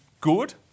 good